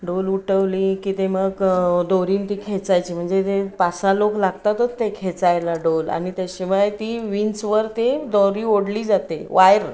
डोल उठवली की ते मग दोरीने ती खेचायची म्हणजे ते पाच सहा लोक लागतातच ते खेचायला डोल आणि त्याशिवाय ती विंचवर ते दोरी ओढली जाते वायर